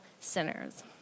sinners